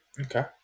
Okay